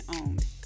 owned